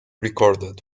recorded